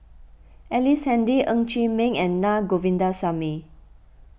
Ellice Handy Ng Chee Meng and Na Govindasamy